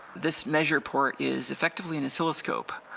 this measure port is effectively an oscilloscope.